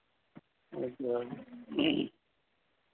अच्छा